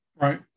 Right